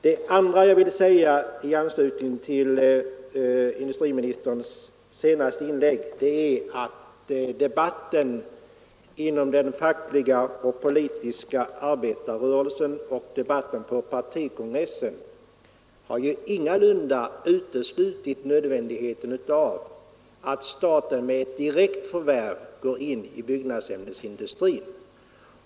Det andra som jag vill säga i anslutning till industriministerns senaste inlägg är att debatten inom den fackliga och politiska arbetarrörelsen och debatten på partikongressen ingalunda har uteslutit nödvändigheten av att staten med ett direkt förvärv går in i byggnadsämnesindustrin.